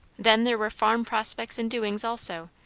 then there were farm prospects and doings also,